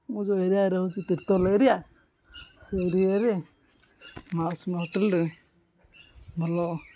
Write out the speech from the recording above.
ମୁଁ ଯେଉଁ ଏରିଆରେ ରହୁଛି ତୀର୍ତଲ୍ ଏରିଆ ସେ ଏରିଆରେ ମାଉଷୀ ମା' ହୋଟେଲ୍ରେ ଭଲ